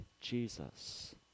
Jesus